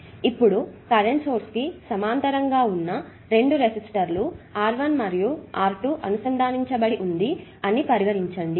ఇప్పుడు current source కు సమాంతరంగా ఉన్న రెండు రెసిస్టర్లు R1 మరియు R2 అనుసంధానించబడింది అని పరిగణించండి